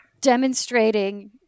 demonstrating